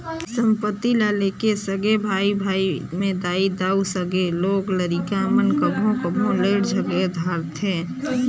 संपत्ति ल लेके सगे भाई भाई में दाई दाऊ, संघे लोग लरिका मन कभों कभों लइड़ झगेर धारथें